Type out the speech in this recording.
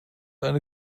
eine